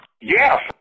Yes